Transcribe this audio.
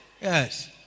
Yes